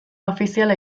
ofiziala